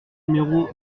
numéro